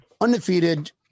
undefeated